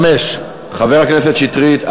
חבר הכנסת שטרית,